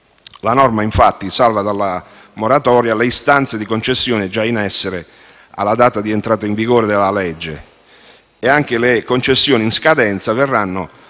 La norma, infatti, salva dalla moratoria le istanze di concessione già in essere alla data di entrata in vigore della legge e anche le concessioni in scadenza verranno